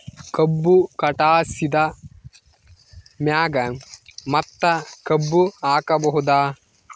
ಕಬ್ಬು ಕಟಾಸಿದ್ ಮ್ಯಾಗ ಮತ್ತ ಕಬ್ಬು ಹಾಕಬಹುದಾ?